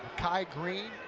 tie green,